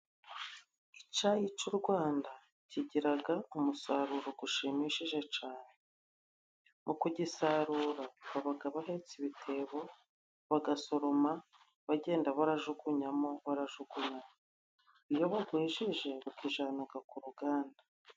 Icayi c'urwanda kigiraga umusaruro gushimishije cane mu kugisarura babaga bahetse ibitebo bagasoroma, bagenda barajugunyamo, barajugunyama iyo bagwejeje bakijanuka ku ruganda.